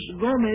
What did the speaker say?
Gomez